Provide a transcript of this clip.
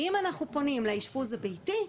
ואם אנחנו פונים לאשפוז הביתי,